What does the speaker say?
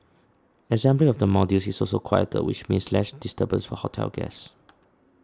assembly of the modules is also quieter which means less disturbance for hotel guests